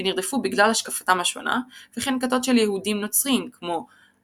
ונרדפו בגלל השקפתם השונה וכן כתות של יהודים-נוצרים כמו